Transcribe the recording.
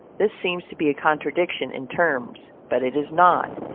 this seems to be a contradiction in terms, but it is not,